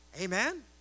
Amen